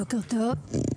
בוקר טוב.